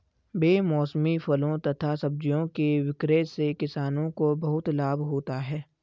बेमौसमी फलों तथा सब्जियों के विक्रय से किसानों को बहुत लाभ होता है